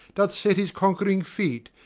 doth set his conquering feet,